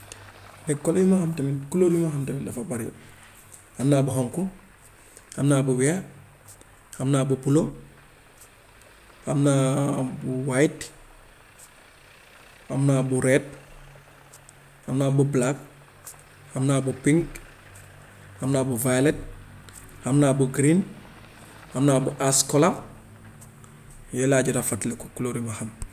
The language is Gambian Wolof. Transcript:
Léegi color yi ma xam tamit, couleurs yi ma xam tamit dafa bari. Xam naa bu xonk, xam naa bu weex, xam naa bu bulo, xam naa bu white, xam naa bu red, xam naa bu black, xam naa bu pink, xam naa bu violet, xam naa bu green, xam naa bu ice color yooyu laa jot a fàttaliku couleurs yu ma xam.